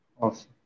Awesome